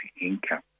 income